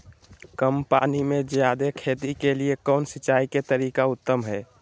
कम पानी में जयादे खेती के लिए कौन सिंचाई के तरीका उत्तम है?